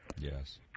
Yes